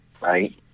right